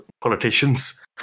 politicians